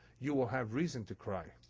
you will have reason to cry.